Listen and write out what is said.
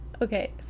Okay